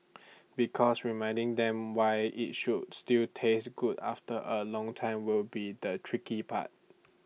because reminding them why IT should still taste good after A long time will be the tricky part